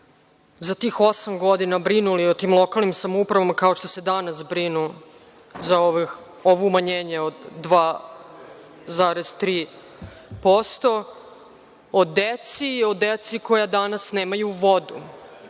za tih osam godina brinuli o tim lokalnim samoupravama, kao što se danas brinu za ovo umanjenje od 2,3%, o deci, o deci koja danas nemaju vodu,